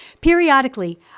Periodically